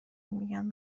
میگن